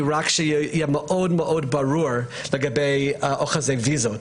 שיהיה מאוד ברור לגבי אוחזי האשרות,